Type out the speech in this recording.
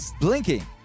blinking